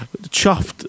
chuffed